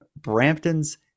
Brampton's